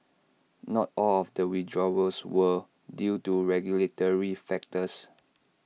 not all of the withdrawals were due to regulatory factors